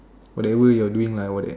whatever you're doing lah all that